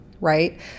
right